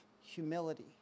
humility